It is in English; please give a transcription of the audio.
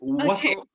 Okay